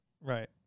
Right